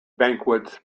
banquets